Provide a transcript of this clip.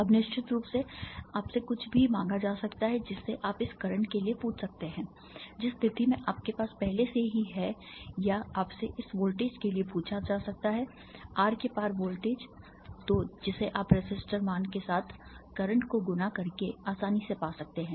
अब निश्चित रूप से आपसे कुछ भी मांगा जा सकता है जिससे आप इस करंट के लिए पूछ सकते हैं जिस स्थिति में आपके पास पहले से ही है या आपसे इस वोल्टेज के लिए पूछा जा सकता है R के पार वोल्टेज 2 जिसे आप रेसिस्टर मान के साथ करंट को गुणा करके आसानी से पा सकते हैं